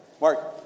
Mark